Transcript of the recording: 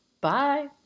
Bye